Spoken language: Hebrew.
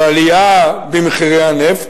לעלייה במחירי הנפט,